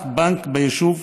רק בנק ביישוב,